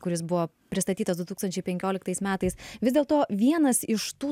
kuris buvo pristatytas du tūkstančiai penkioliktais metais vis dėlto vienas iš tų